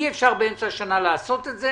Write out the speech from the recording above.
אי אפשר באמצע השנה לעשות את זה